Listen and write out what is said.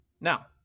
Now